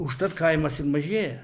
užtat kaimas ir mažėja